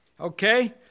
Okay